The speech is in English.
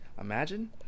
Imagine